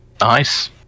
Nice